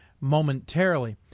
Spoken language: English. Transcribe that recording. momentarily